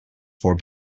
for